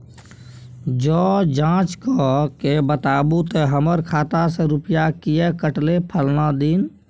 ज जॉंच कअ के बताबू त हमर खाता से रुपिया किये कटले फलना दिन?